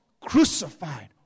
crucified